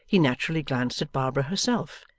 he naturally glanced at barbara herself,